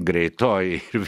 greitoji ir